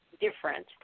different